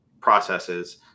processes